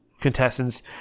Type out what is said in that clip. contestants